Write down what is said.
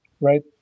Right